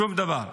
שום דבר.